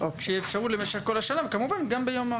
שיאפשרו למשך כל השנה וכמובן גם ביום מרן.